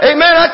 Amen